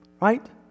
Right